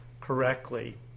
correctly